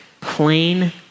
plain